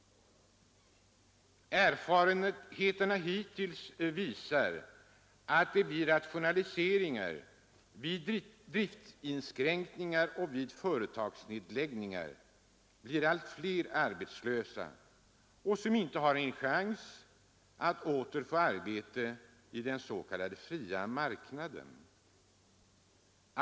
Erfarenheterna hittills visar att det vid rationaliseringar, vid driftinskränkningar och vid företagsnedläggningar blir allt fler arbetslösa som inte har en chans att åter få arbete i den s.k. fria marknaden.